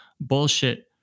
bullshit